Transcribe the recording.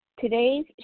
Today's